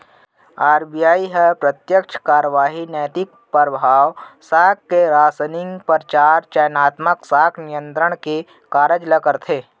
RBI ह प्रत्यक्छ कारवाही, नैतिक परभाव, साख के रासनिंग, परचार, चयनात्मक साख नियंत्रन के कारज ल करथे